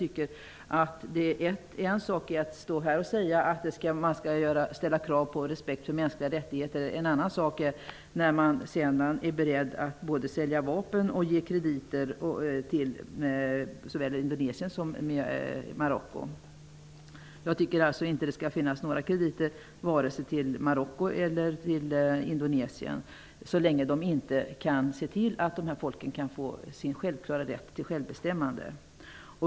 Det är en sak att stå här och säga att man skall ställa krav på respekt för mänskliga rättigheter, men sedan är det en annan sak att man är beredd att både sälja vapen och ge krediter till såväl Indonesien som Marocko. Jag tycker inte att det skall finnas några krediter till vare sig Marocko eller till Indonesien så länge de inte kan se till att dessa folk får sin självklara rätt till självbestämmande.